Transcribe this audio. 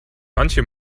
manche